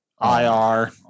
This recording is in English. IR